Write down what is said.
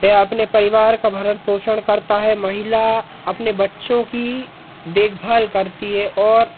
वह अपने परिवार का भरण पोषण करता है महिला अपने बच्चों की देखभाल करती है और